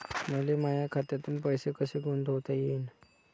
मले माया खात्यातून पैसे कसे गुंतवता येईन?